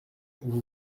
vous